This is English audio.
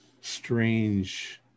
strange